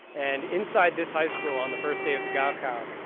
and inside this high school on the first day of the gao kao,